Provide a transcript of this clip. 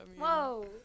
Whoa